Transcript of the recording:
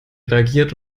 reagiert